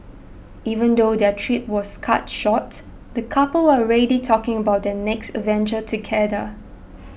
even though their trip was cut short the couple are already talking about their next adventure together